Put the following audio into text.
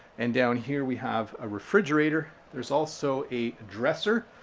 and down here we have a refrigerator. there's also a dresser.